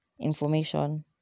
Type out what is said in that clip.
information